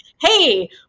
hey